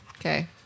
Okay